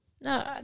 no